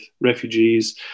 refugees